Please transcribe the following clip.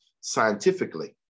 scientifically